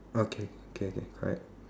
okay okay okay correct